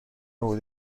حدود